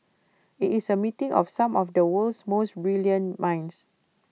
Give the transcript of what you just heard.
IT is A meeting of some of the world's most brilliant minds